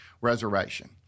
Resurrection